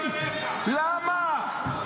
למה?